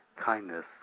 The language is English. kindness